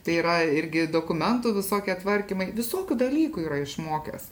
tai yra irgi dokumentų visokie tvarkymai visokių dalykų yra išmokęs